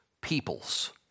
peoples